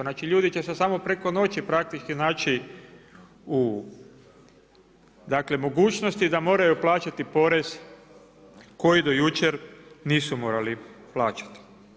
Znači ljudi će se samo preko noći praktički naći u dakle mogućnosti da moraju plaćati porez koji do jučer nisu morali plaćati.